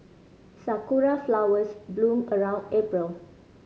sakura flowers bloom around April